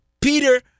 Peter